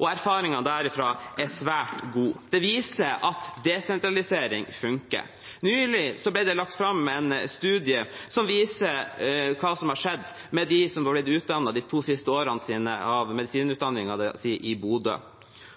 og erfaringene derfra er svært gode. Det viser at desentralisering funker. Nylig ble det lagt fram en studie som viser hva som har skjedd med dem som har tatt de to siste årene av medisinutdanningen sin i Bodø,